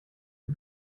mir